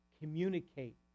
communicate